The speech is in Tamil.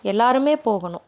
எல்லாருமே போகணும்